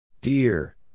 Dear